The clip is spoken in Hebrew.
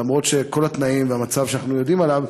למרות כל התנאים והמצב שאנחנו יודעים עליו,